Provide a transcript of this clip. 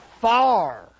far